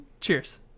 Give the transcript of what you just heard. cheers